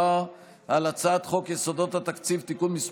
איננו,